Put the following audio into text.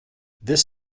this